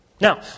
Now